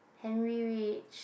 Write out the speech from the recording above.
Henry rich